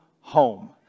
home